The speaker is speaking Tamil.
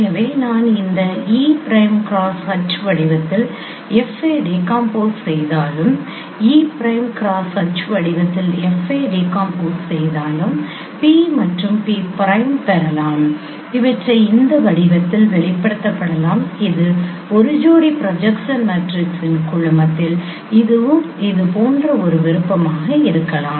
எனவே நான் இந்த e பிரைம் க்ராஸ் H வடிவத்தில் F ஐ டீகம்போஸ் செய்தாலும் e பிரைம் கிராஸ் H வடிவத்தில் F ஐ டீகம்போஸ் செய்தாலும் P மற்றும் P பிரைம் பெறலாம் இவற்றை இந்த வடிவத்தில் வெளிப்படுத்தப்படலாம் இது ஒரு ஜோடி ப்ரொஜெக்ஷன் மேட்ரிக்ஸின் குழுமத்தில் இதுவும் இதுபோன்ற ஒரு விருப்பமாக இருக்கலாம்